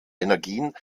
energien